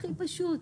הכי פשוט.